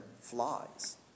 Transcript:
flies